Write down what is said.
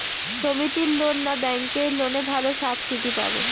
সমিতির লোন না ব্যাঙ্কের লোনে ভালো সাবসিডি পাব?